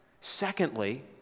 Secondly